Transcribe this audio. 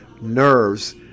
nerves